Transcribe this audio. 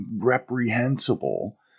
reprehensible